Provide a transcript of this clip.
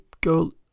go